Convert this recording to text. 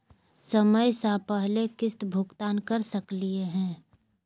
समय स पहले किस्त भुगतान कर सकली हे?